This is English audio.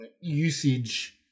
usage